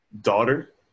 daughter